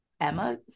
Emma